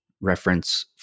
reference